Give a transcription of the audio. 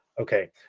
okay